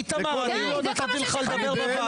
איתמר, אני לא נתתי לך לדבר בוועדה?